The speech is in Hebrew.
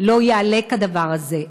לא יהיה כדבר הזה.